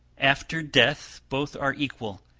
after death both are equal,